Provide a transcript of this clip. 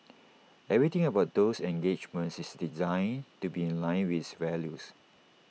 everything about those engagements is designed to be in line with its values